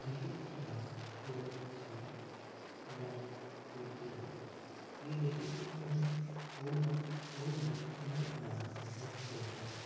ദഹിപ്പിക്കലാണ് കൂടുതലും ചെയ്യാറ് ഇല്ലായെങ്കില് കുഴിച്ചിടുക ഈ ദഹിപ്പിക്കുന്നതും കൂടുതൽ കൂടുതലും ഹിന്ദുക്കളിലാണ് നമ്മൾ കണ്ടുവരുന്നത്